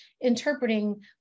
interpreting